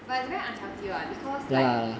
but it's very unhealthy lah because like